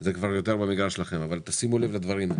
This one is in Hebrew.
זה כבר יותר במגרש שלכם אבל שימו לב לדברים.